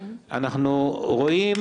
אנחנו רואים